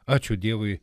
ačiū dievui